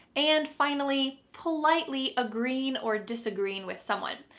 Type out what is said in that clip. and finally, politely agreeing or disagreeing with someone.